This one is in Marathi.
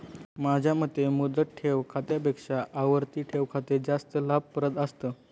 माझ्या मते मुदत ठेव खात्यापेक्षा आवर्ती ठेव खाते जास्त लाभप्रद असतं